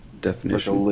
Definition